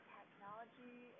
technology